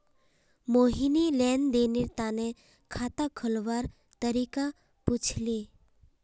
मोहिनी लेन देनेर तने खाता खोलवार तरीका पूछले